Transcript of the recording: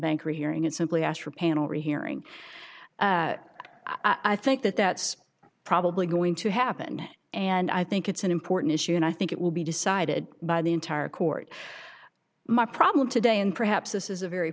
banker hearing it simply asked for panel rehearing i think that that's probably going to happen and i think it's an important issue and i think it will be decided by the entire court my problem today and perhaps this is a very